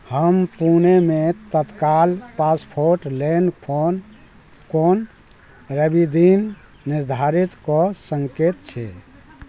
हम पुणेमे तत्काल पासपोर्ट लेन फोन कोन रविदिन निर्धारित कऽ संकेत छी